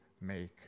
Make